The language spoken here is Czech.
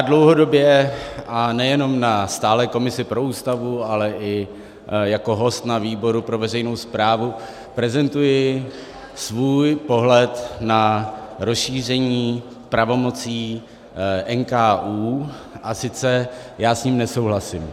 Dlouhodobě, a nejenom na stálé komisi pro Ústavu, ale i jako host na výboru pro veřejnou správu prezentuji svůj pohled na rozšíření pravomocí NKÚ a sice já s ním nesouhlasím.